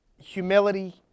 humility